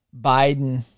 Biden